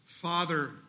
father